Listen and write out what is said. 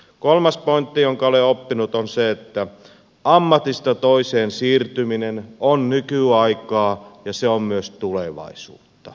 kolmas pointti jonka olen oppinut on se että ammatista toiseen siirtyminen on nykyaikaa ja se on myös tulevaisuutta